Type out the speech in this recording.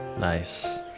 Nice